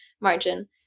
margin